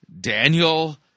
Daniel